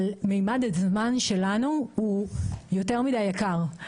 אבל ממד הזמן שלנו הוא יותר מדי יקר.